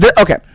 Okay